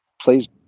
please